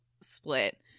split